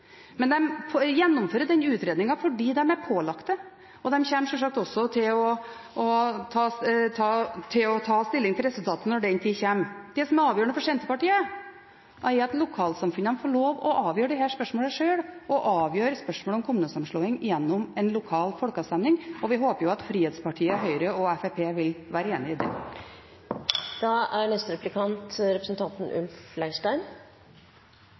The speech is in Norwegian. Men de gjennomfører den utredningen fordi de er pålagt det, og de kommer sjølsagt også til å ta stilling til resultatet når den tid kommer. Det som er avgjørende for Senterpartiet, er at lokalsamfunnene får lov til å avgjøre disse spørsmålene sjøl, avgjøre spørsmålet om kommunesammenslåing gjennom en lokal folkeavstemning, og vi håper jo at frihetspartiene Høyre og Fremskrittspartiet vil være enig i det. Det er